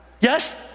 Yes